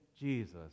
Jesus